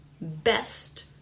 best